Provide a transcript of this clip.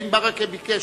האם ברכה ביקש?